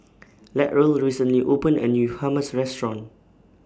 Latrell recently opened A New Hummus Restaurant